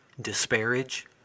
disparage